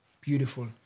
beautiful